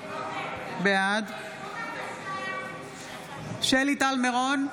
בעד שלי טל מירון,